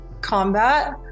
combat